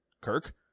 Kirk